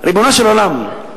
ריבונו של עולם,